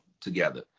together